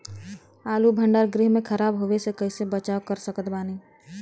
आलू भंडार गृह में खराब होवे से कइसे बचाव कर सकत बानी?